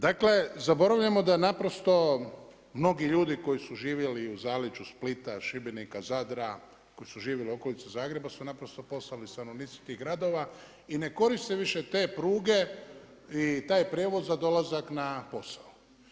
Dakle, zaboravljamo da je naprosto mnogi ljudi koji su živjeli u zaleđu Splita, Šibenika, Zadra, koji su živjeli u okolici Zagreba su naprosto postali stanovnici tih gradova i ne koriste više te pruge i taj prijevoz za dolazak na posao.